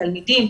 תלמידים,